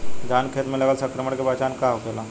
धान के खेत मे लगल संक्रमण के पहचान का होखेला?